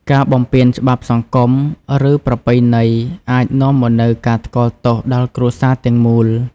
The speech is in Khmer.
ការបំពានច្បាប់សង្គម ឬប្រពៃណីអាចនាំមកនូវការថ្កោលទោសដល់គ្រួសារទាំងមូល។